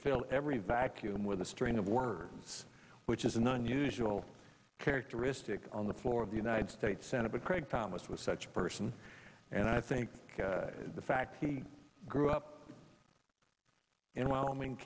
fill every vacuum with a string of words which is an unusual characteristic on the floor of the united states senate but craig thomas was such a person and i think the fact he grew up in wyoming